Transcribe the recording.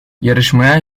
yarışmaya